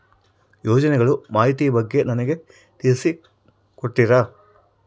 ಯೋಜನೆಗಳ ಮಾಹಿತಿ ಬಗ್ಗೆ ನನಗೆ ತಿಳಿಸಿ ಕೊಡ್ತೇರಾ?